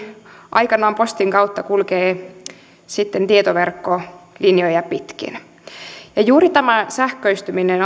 aikanaan postin kautta kulkee tietoverkkolinjoja pitkin postilain kokonaisuudistuksen taustalla ovat tietenkin juuri tämä sähköistyminen